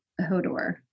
Hodor